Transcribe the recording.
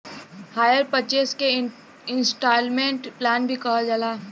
hire purchase के instalment plan भी कहल जाला